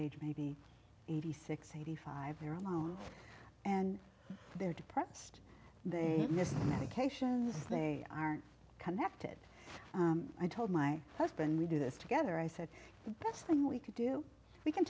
age maybe eighty six eighty five you're alone and they're depressed they missed medications they aren't connected i told my husband we do this together i said the best thing we could do we can